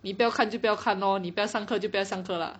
你不要看就不要看 lor 你不要上课就不要上课 lah